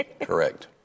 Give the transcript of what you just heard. Correct